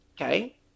Okay